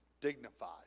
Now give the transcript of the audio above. dignified